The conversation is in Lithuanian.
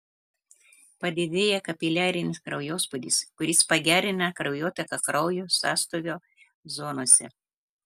padidėja kapiliarinis kraujospūdis kuris pagerina kraujotaką kraujo sąstovio zonose